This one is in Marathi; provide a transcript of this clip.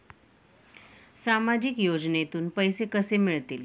सामाजिक योजनेतून पैसे कसे मिळतील?